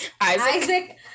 isaac